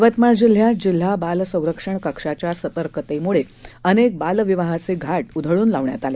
यवतमाळ जिल्ह्यात जिल्हा बाल संरक्षण कक्षाच्या सतर्कतेने अनेक बालविवाहाचे घाट उधळून लावण्यात आले